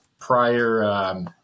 prior